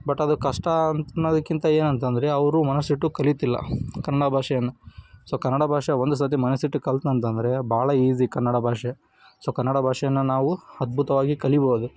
but ಅದು ಕಷ್ಟ ಅಂತ ಅನ್ನೋದಕ್ಕಿಂತ ಏನಂತಂದರೆ ಅವರು ಮನಸ್ಸಿಟ್ಟು ಕಲೀತಿಲ್ಲ ಕನ್ನಡ ಭಾಷೆಯನ್ನು ಸೊ ಕನ್ನಡ ಭಾಷೆ ಒಂದು ಸರ್ತಿ ಮನಸ್ಸಿಟ್ಟು ಕಲ್ತ್ನೋ ಅಂತಂದರೆ ಭಾಳ ಈಝಿ ಕನ್ನಡ ಭಾಷೆ ಸೊ ಕನ್ನಡ ಭಾಷೆಯನ್ನು ನಾವು ಅದ್ಭುತವಾಗಿ ಕಲಿಯಬೋದು